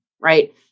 Right